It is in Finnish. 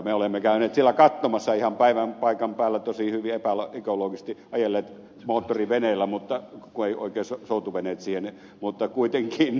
me olemme käyneet siellä katsomassa ihan paikan päällä tosin hyvin epäekologisesti ajelleet moottoriveneellä kun eivät oikein soutuveneet siihen sovi mutta kuitenkin